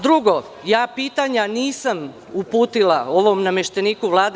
Drugo, pitanja nisam uputila ovom namešteniku Vlade.